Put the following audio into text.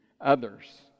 others